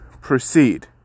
proceed